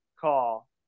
call